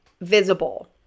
visible